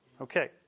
Okay